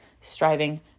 striving